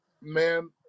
man